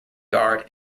guard